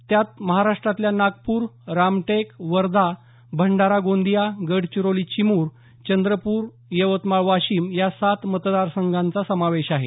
त्यात महाराष्ट्रातल्या नागपूर रामटेक वर्धा भंडारा गोंदिया गडचिरोली चिमूर चंद्रपूर आणि यवतमाळ वाशिम या सात मतदारसंघांचा समावेश आहे